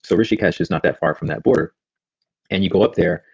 so rishikesh is not that far from that border and you go up there,